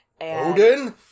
Odin